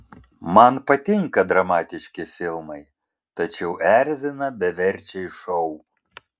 man patinka dramatiški filmai tačiau erzina beverčiai šou